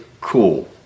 cool